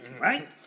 right